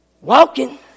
walking